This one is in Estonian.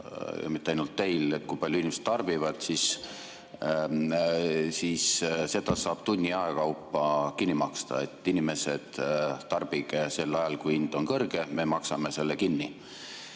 ja mitte ainult teil, kui palju inimesed tarbivad, siis seda saab tunni aja kaupa kinni maksta ja inimesed tarbigu sel ajal, kui hind on kõrge, me maksame selle kinni.